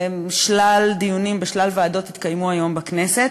ושלל דיונים בשלל ועדות התקיימו היום בכנסת.